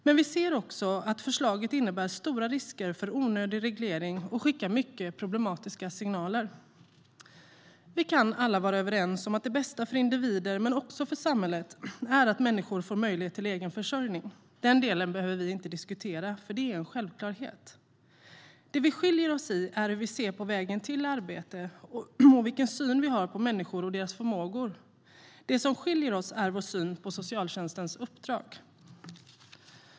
Men vi ser också att förslaget innebär stora risker för onödig reglering och skickar många problematiska signaler. Vi kan alla vara överens om att det bästa för individer, men också för samhället, är att människor får möjlighet till egen försörjning. Den delen behöver vi inte diskutera, för det är en självklarhet. Det som skiljer oss åt är hur vi ser på vägen till arbete och vilken syn vi har på människor och deras förmågor. Det som skiljer oss åt är vår syn på socialtjänstens uppdrag.